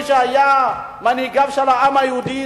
מי שהיה ממנהיגיו של העם היהודי,